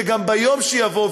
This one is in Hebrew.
שגם ביום שיבוא,